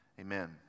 amen